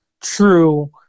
true